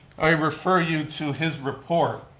i refer you to his report.